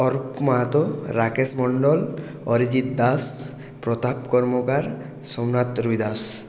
Arup Mahato Rakesh Mondal Arijit Das Pratap Karmakar Somnath Ruidas